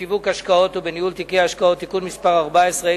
בשיווק השקעות ובניהול תיקי השקעות (תיקון מס' 14),